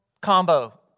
combo